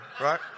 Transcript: right